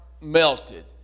melted